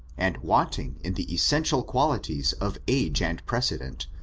and wanting in the evential qualities of age and precedent,